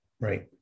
right